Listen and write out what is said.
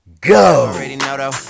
go